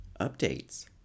updates